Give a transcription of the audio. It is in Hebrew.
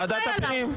ועדת הפנים.